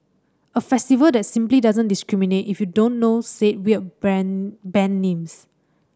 a festival that simply doesn't discriminate if you don't know said weird brand band names